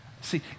See